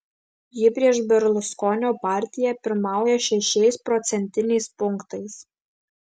ji prieš berluskonio partiją pirmauja šešiais procentiniais punktais